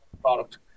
product